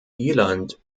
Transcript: irland